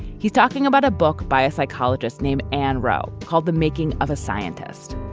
he's talking about a book by a psychologist named and rowe called the making of a scientist.